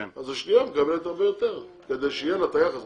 אז השנייה מקבלת הרבה יותר כדי שיהיה לה את היחס.